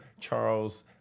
Charles